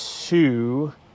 two